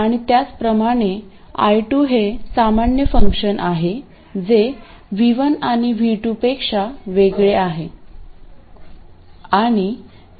आणि त्याचप्रमाणे I2 हे एक सामान्य फंक्शन आहे जे V1 आणि V2 पेक्षा वेगळे आहे